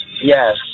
Yes